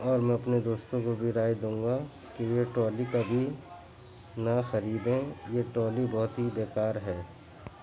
اور میں اپنے دوستوں کو بھی رائے دوں گا کہ وہ ٹرالی کبھی نہ خریدیں یہ ٹرالی بہت ہی بیکار ہے